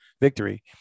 victory